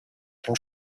and